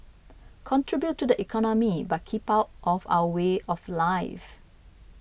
contribute to the economy but keep out of our way of life